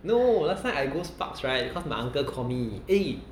no last time I go sparks right cause my uncle call me eh